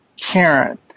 Karen